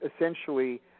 essentially